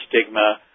stigma